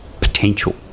potential